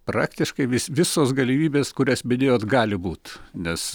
praktiškai visos galimybės kurias minėjot gali būt nes